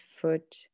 foot